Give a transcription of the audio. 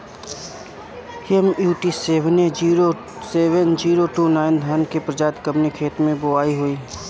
MUT seven zero two nine धान के प्रजाति कवने खेत मै बोआई होई?